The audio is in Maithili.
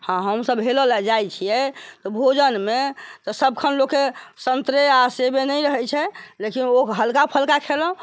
हँ हमसभ हेलय लेल जाइत छियै तऽ भोजनमे तऽ सभखन लोकके सन्तरे आ सेबे नहि रहैत छै लेकिन ओ हल्का फल्का खेलौँ